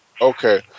Okay